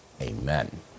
amen